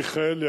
מיכאלי,